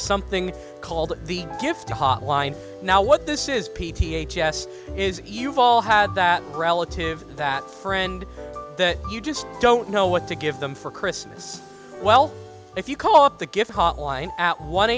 something called the gift hotline now what this is p t h s is you've all had that relative that friend that you just don't know what to give them for christmas well if you call up the gift hotline at one